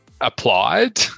applied